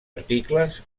articles